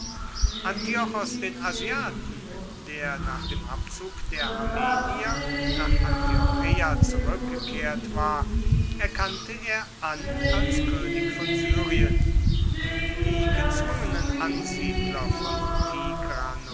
antiochos den asiaten der nach dem abzug der armenier nach antiocheia zurückgekehrt war erkannte er an als könig von syrien die gezwungenen ansiedler von